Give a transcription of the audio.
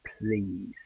please